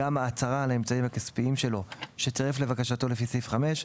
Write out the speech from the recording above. גם ההצהרה על האמצעים הכספיים שלו שצירף לבקשתו לפי סעיף 5,